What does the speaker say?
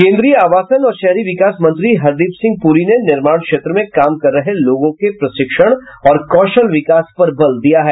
केंद्रीय आवासन और शहरी विकास मंत्री हरदीप सिंह पुरी ने निर्माण क्षेत्र में काम कर रहे लोगों के प्रशिक्षण और कौशल विकास पर बल दिया है